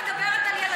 יסיים את המצור.